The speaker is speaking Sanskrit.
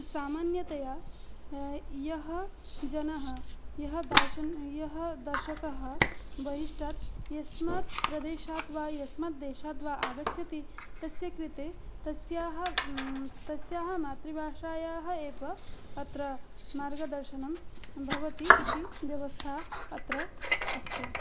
सामान्यतया यः जनः यः दार्शन् यः दर्शकः बहिष्टात् यस्मात् प्रदेशात् वा यस्मात् देशात् वा आगच्छति तस्य कृते तस्याः तस्याः मातृभाषायाः एव अत्र मार्गदर्शनं भवति इति व्यवस्था अत्र अस्ति